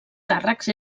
càrrecs